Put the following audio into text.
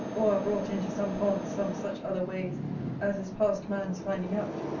or are brought into some ponds some such other ways as is past man's finding out,